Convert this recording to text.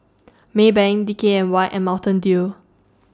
Maybank D K N Y and Mountain Dew